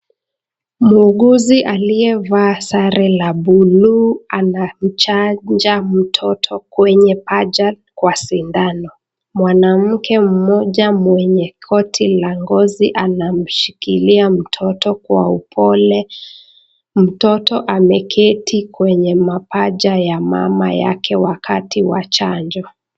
Muuguzi aliyevaa sare la blue anamchanja mtoto kwenye paja kwa sindano. Mwanamke mmoja mwenye koti la ngozi anamshikilia mtoto kwa upole. Mtoto ameketi kwenye mapaja ya mama yake wakati wa chanjo.